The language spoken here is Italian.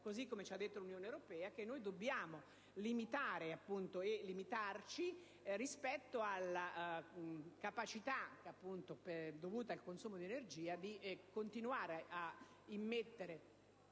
così come ci ha detto l'Unione europea, che dobbiamo prevedere dei limiti e limitarci rispetto alla capacità, dovuta al consumo di energia, di continuare a immettere